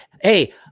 Hey